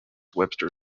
webster